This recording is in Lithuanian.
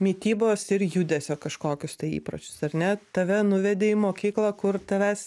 mitybos ir judesio kažkokius tai įpročius ar ne tave nuvedė į mokyklą kur tavęs